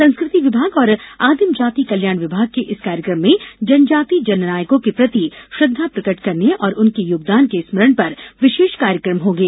संस्कृति विभाग और आदिम जाति कल्याण विभाग के इस कार्यक्रम में जनजाति जननायकों के प्रति श्रद्धा प्रकट करने और उनके योगदान के स्मरण पर विशेष कार्यक्रम होंगे